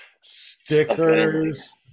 stickers